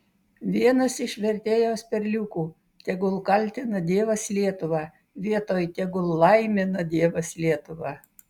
vienas iš vertėjos perliukų tegul kaltina dievas lietuvą vietoj tegul laimina dievas lietuvą